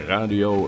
Radio